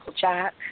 Jack